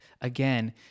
again